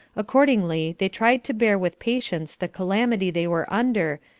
accordingly, they tried to bear with patience the calamity they were under,